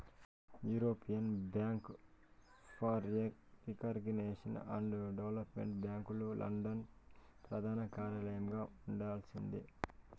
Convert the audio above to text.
European bank for reconstruction and development bank London ప్రదానకార్యలయంగా చేస్తండాలి